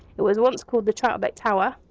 it was once called the troutbeck tower,